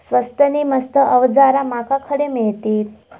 स्वस्त नी मस्त अवजारा माका खडे मिळतीत?